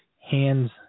hands